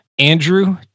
Andrew